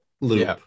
loop